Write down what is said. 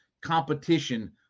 competition